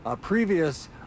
previous